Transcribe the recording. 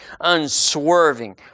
unswerving